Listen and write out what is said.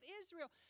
Israel